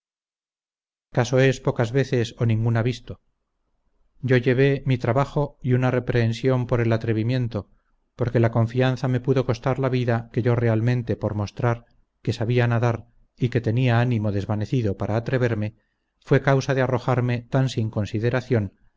caso es pocas veces o ninguna visto yo llevé mi trabajo y una reprehensión por el atrevimiento porque la confianza me pudo costar la vida que yo realmente por mostrar que sabía nadar y que tenía animo desvanecido para atreverme fue causa de arrojarme tan sin consideración